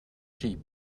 cheap